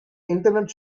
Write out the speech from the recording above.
internet